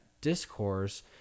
discourse